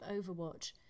Overwatch